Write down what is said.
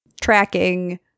Tracking